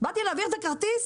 באתי להעביר את הכרטיס,